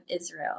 Israel